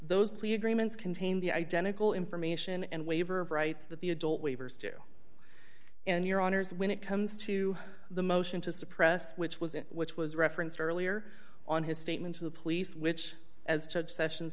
plea agreements contain the identical information and waiver of rights that the adult waivers to and your honors when it comes to the motion to suppress which was it which was referenced earlier on his statement to the police which as judge sessions